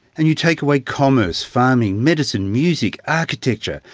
and you take away commerce, farming, medicine, music, architecture,